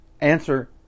answer